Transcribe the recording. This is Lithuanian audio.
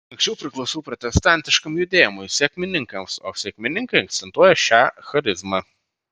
anksčiau priklausiau protestantiškam judėjimui sekmininkams o sekmininkai akcentuoja šią charizmą